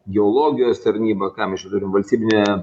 geologijos tarnyba ką mes čia turim valstybinė